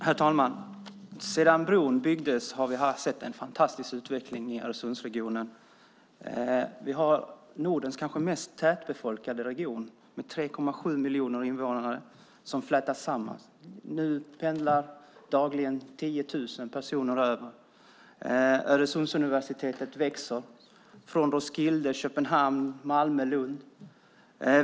Herr talman! Sedan bron byggdes har vi sett en fantastisk utveckling i Öresundsregionen. Det är Nordens kanske mest tätbefolkade region, med 3,7 miljoner invånare, som flätas samman. Nu pendlar dagligen 10 000 personer över. Öresundsuniversitetet växer, från Roskilde, Köpenhamn, Malmö och Lund.